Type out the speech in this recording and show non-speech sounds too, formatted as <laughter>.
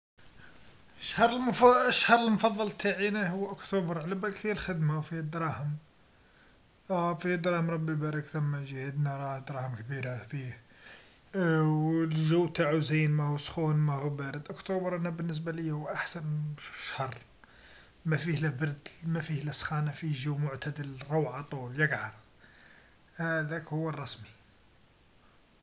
الشهر مف- اشهر المفضل تاعي انا هو اكتوبر على بالك فيه الخدمة فيه الدراهم، أه فيه الدراهم ربي يبارك ثما جيهتنا راه الدراهم كبيرة فيه، <hesitation> والجو تاعو زين ما هو سخون ما هو بارد، اكتوبر انا بالنسبة ليا هو احسن الشهر ما فيه لا برد ما فيه لا سخانة فيه جو معتدل روعة طول لقعة هذاك هو الرسمي.